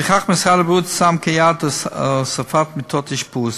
לפיכך, משרד הבריאות שם כיעד הוספת מיטות אשפוז.